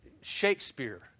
Shakespeare